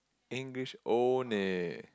English owned eh